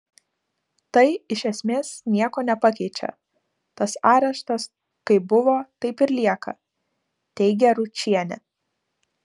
tai iš esmės nieko nepakeičia tas areštas kaip buvo taip ir lieka teigia ručienė